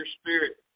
spirit